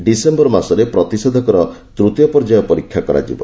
December ମାସରେ ପ୍ରତିଷେଧକର ତୃତୀୟ ପର୍ଯ୍ୟାୟ ପରୀକ୍ଷା କରାଯିବ